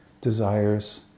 desires